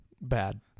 bad